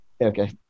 okay